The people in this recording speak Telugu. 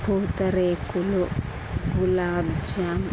పూతరేకులు గులాబ్జామ్